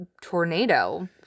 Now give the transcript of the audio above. tornado